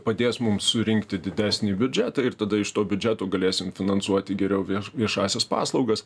padės mums surinkti didesnį biudžetą ir tada iš to biudžeto galėsim finansuoti geriau vieš viešąsias paslaugas